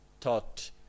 thought